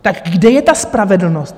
Tak kde je ta spravedlnost?